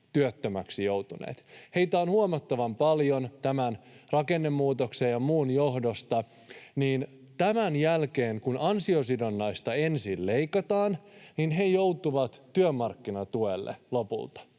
työttömäksi joutuneet. Heitä on huomattavan paljon tämän rakennemuutoksen ja muun johdosta. Tämän jälkeen, kun ansiosidonnaista ensin leikataan, he joutuvat työmarkkinatuelle lopulta,